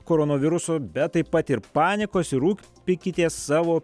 koronaviruso bet taip pat ir panikos ir rūpinkitės savo